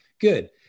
good